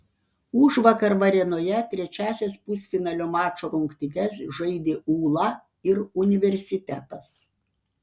užvakar varėnoje trečiąsias pusfinalinio mačo rungtynes žaidė ūla ir universitetas